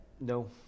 No